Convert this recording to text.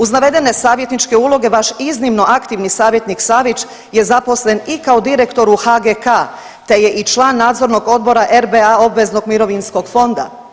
Uz navedene savjetničke uloge, vaš iznimno aktivni savjetnik Savić je zaposlen i kao direktom u HGK te je i član Nadzornog odbora RBA obveznog mirovinskog fonda.